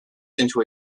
into